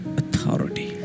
authority